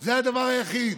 זה הדבר היחיד,